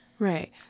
Right